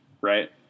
right